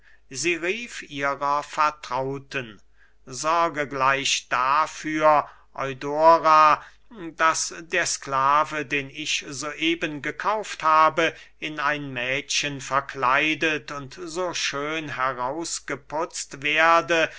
sie rief ihrer vertrauten sorge gleich dafür eudora daß der sklave den ich so eben gekauft habe in ein mädchen verkleidet und so schön herausgeputzt werde